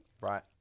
Right